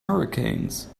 hurricanes